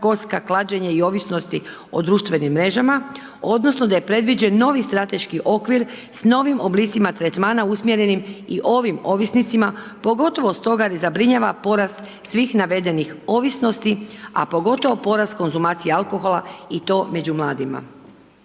kocka, klađenje i ovisnosti o društvenim mrežama odnosno da je predviđen novi strateški okvir s novim oblicima tretmana usmjerenim i ovim ovisnicima pogotovo s toga jer zabrinjava porast svih navedenih ovisnosti, a pogotovo porast konzumacije alkohola i to među mladima.